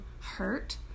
hurt